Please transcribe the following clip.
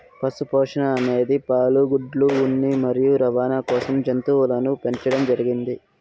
పశు పోషణ అనేది పాలు, గుడ్లు, ఉన్ని మరియు రవాణ కోసం జంతువులను పెంచండం జరిగింది